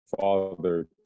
father